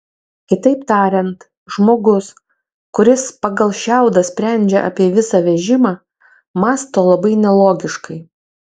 kitaip tariant žmogus kuris pagal šiaudą sprendžia apie visą vežimą mąsto labai nelogiškai